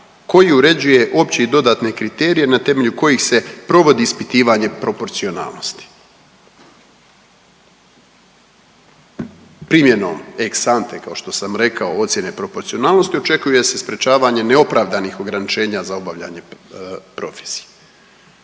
koji uređuje opće i dodatne kriterije na temelju kojih se provodi ispitivanje proporcionalnosti. Primjenom ex ante ocjene proporcionalnosti očekuje se sprečavanje neopravdanih ograničenja za obavljanje profesije.